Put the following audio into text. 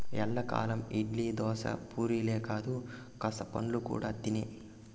ఎల్లకాలం ఇడ్లీ, దోశ, పూరీలే కాదు కాస్త పండ్లు కూడా తినే